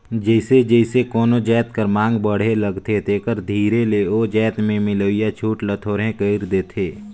जइसे जइसे कोनो जाएत कर मांग बढ़े लगथे तेकर धीरे ले ओ जाएत में मिलोइया छूट ल थोरहें कइर देथे